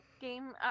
game